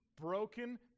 broken